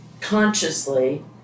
consciously